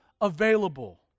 available